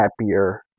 happier